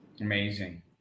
Amazing